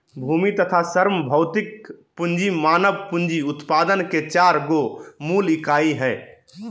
भूमि तथा श्रम भौतिक पूँजी मानव पूँजी उत्पादन के चार गो मूल इकाई हइ